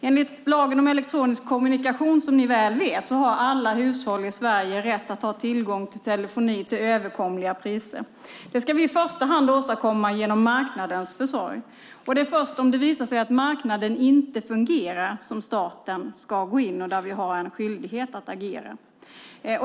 Enligt lagen om elektronisk kommunikation har, som ni väl vet, alla hushåll i Sverige rätt att till överkomligt pris ha tillgång till telefoni. Det ska vi i första hand åstadkomma genom marknadens försorg. Det är först om det visar sig att marknaden inte fungerar som staten ska gå in och som vi har en skyldighet att agera.